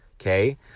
okay